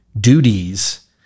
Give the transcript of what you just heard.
duties